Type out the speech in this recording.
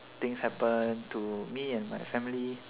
things happen to me and my family